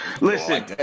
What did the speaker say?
Listen